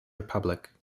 republic